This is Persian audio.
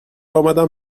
آمدم